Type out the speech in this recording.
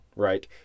Right